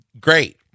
great